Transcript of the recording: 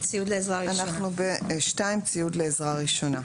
"ציוד לעזרה ראשונה2.